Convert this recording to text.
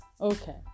Okay